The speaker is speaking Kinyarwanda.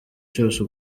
cyose